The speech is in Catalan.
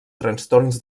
trastorns